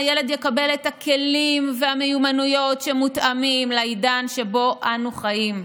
הילד יקבל את הכלים והמיומנויות שמותאמים לעידן שבו אנו חיים,